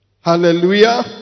Hallelujah